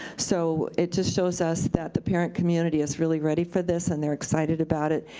so it just shows us that the parent community is really ready for this and they're excited about it,